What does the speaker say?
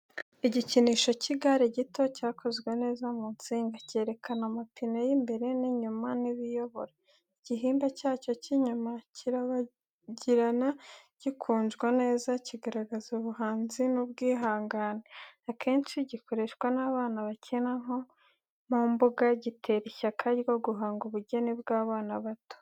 Igikinisho cy’igare gito, cyakozwe neza mu nsinga, cyerekana amapine y’imbere n’inyuma n’ibiyobora. Igihimba cyacyo cy'icyuma kirabagirana gikunjwa neza, kigaragaza ubuhanzi n’ubwihangane. Akenshi gikoreshwa n'abana bakina nko mu mbuga gitera ishyaka ryo guhanga n’ubugeni bw'abana bato.